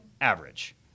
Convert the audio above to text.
average